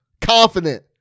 Confident